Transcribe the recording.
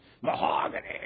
mahogany